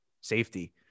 safety